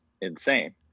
insane